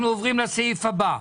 אנחנו עוברים לסעיף הבא,